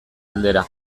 aldera